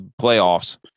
playoffs